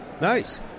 Nice